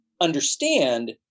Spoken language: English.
understand